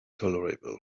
tolerable